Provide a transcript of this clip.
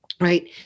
right